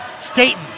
Staten